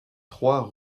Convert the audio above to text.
trois